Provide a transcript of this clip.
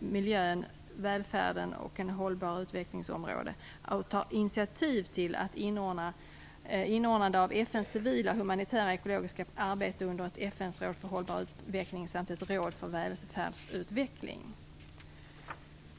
miljön, välfärden och utvecklingen skall hålla en hög profil och ta initiativ till inordnandet av FN:s civila, humanitära och ekologiska arbete under ett FN:s råd för hållbar utveckling samt ett råd för välfärdsutveckling.